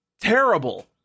terrible